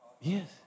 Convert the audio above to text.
Yes